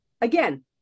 Again